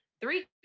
three